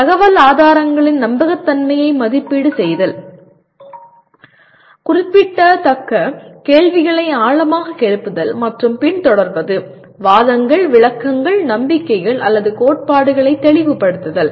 தகவல் ஆதாரங்களின் நம்பகத்தன்மையை மதிப்பீடு செய்தல் குறிப்பிடத்தக்க கேள்விகளை ஆழமாக எழுப்புதல் மற்றும் பின்தொடர்வது வாதங்கள் விளக்கங்கள் நம்பிக்கைகள் அல்லது கோட்பாடுகளை தெளிவுபடுத்துதல்